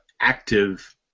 active